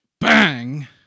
Bang